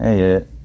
hey